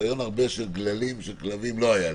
ניסיון הרבה עם גללים של כלבים לא היה לי,